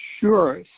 Sure